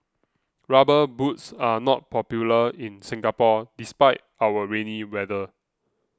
rubber boots are not popular in Singapore despite our rainy weather